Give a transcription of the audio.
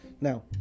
Now